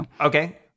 Okay